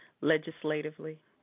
legislatively